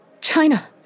China